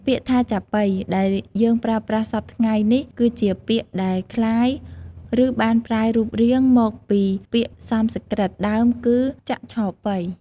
ពាក្យថា "ចាប៉ី" ដែលយើងប្រើប្រាស់សព្វថ្ងៃនេះ គឺជាពាក្យដែលក្លាយ ឬបានប្រែរូបរាងមកពីពាក្យសំស្ក្រឹតដើមគឺ "ចក្ឆប៉ី"។